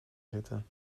zitten